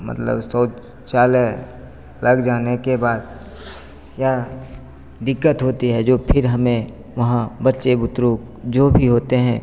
मतलब शौचालय लग जाने के बाद क्या दिक्कत होती है जो फिर हमें वहाँ बच्चे बुतरू जो भी होते हैं